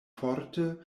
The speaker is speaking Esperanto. forte